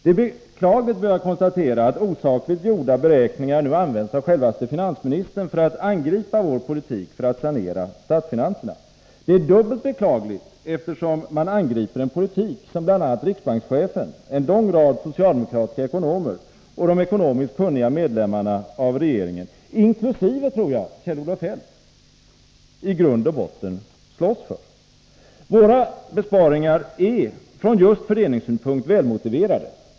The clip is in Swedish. Det är beklagligt att behöva konstatera att osakligt gjorda beräkningar nu används av självaste finansministern för att angripa vår politik för en sanering av statsfinanserna. Det är dubbelt beklagligt eftersom man angriper en politik som bl.a. riksbankschefen, en lång rad socialdemokratiska ekonomer och de ekonomiskt kunniga medlemmarna av regeringen — jag tror inkl. Kjell-Olof Feldt — i grund och botten slåss för. Våra besparingar är just från fördelningssynpunkt välmotiverade.